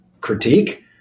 critique